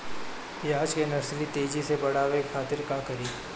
प्याज के नर्सरी तेजी से बढ़ावे के खातिर का करी?